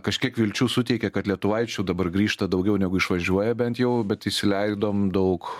kažkiek vilčių suteikia kad lietuvaičių dabar grįžta daugiau negu išvažiuoja bent jau bet įsileidom daug